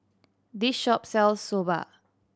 this shop sells Soba